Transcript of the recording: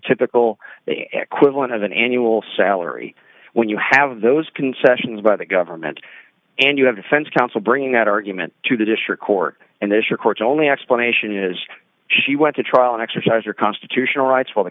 typical equivalent of an annual salary when you have those concessions by the government and you have defense counsel bringing that argument to the district court and there's your court only explanation is she went to trial and exercise your constitutional rights while the